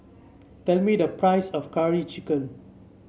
tell me the price of Curry Chicken